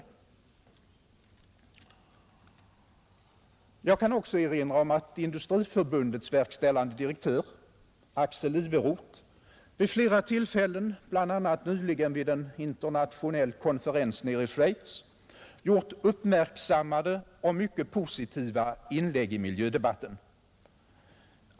Jag kan också erinra om att Industriförbundets verkställande direktör Axel Iveroth vid flera tillfällen, bl.a. nyligen vid en internationell konferens nere i Schweiz, gjort uppmärksammade och mycket positiva inlägg i miljödebatten.